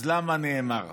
אז למה נאמר?